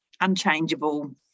unchangeable